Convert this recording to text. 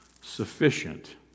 Sufficient